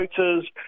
voters